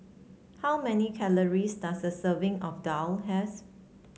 how many calories does a serving of daal has